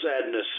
sadness